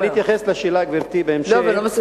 אני אתייחס לשאלה, גברתי, בהמשך.